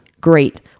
great